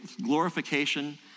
glorification